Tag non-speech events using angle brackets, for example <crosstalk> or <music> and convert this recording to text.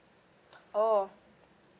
<breath> oh